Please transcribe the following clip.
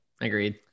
Agreed